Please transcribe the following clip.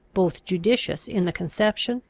both judicious in the conception,